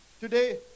today